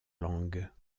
langues